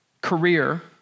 career